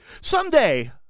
someday